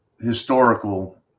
historical